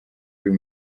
uyu